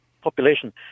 population